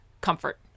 comfort